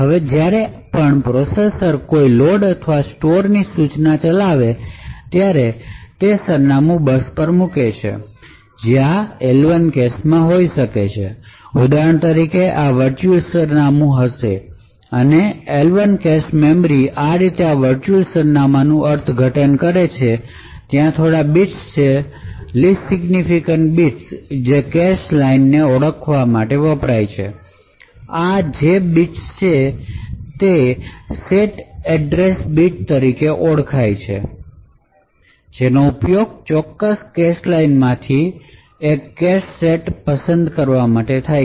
હવે જ્યારે પણ પ્રોસેસર કોઈ લોડ અથવા સ્ટોરની સૂચના ચલાવે છે ત્યારે તે સરનામું બસ પર મૂકે છે જે આ એલ 1 કેશમાં હોઈ શકે ઉદાહરણ તરીકે આ વર્ચુઅલ સરનામું હશે અને એલ 1 કેશ મેમરી આ રીતે આ વર્ચુઅલ સરનામાંનું અર્થઘટન કરે છે ત્યાં થોડા બિટ્સ છે લીસ્ટ સિગ્નિફિક્ન્ત બિટ્સ જે કેશ લાઇનને ઓડખવા માટે વપરાય છે આ જે બિટ્સ છે જે સેટ એડ્રેસ બિટ્સ તરીકે ઓળખાય છે જેનો ઉપયોગ ચોક્કસ કેશ લાઇનમાંથી એક કેશ સેટ પસંદ કરવા થાય છે